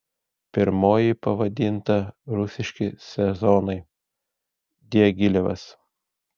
pirmoji pavadinta rusiški sezonai diagilevas